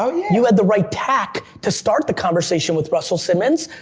so you had the right tack to start the conversation with russell simmons,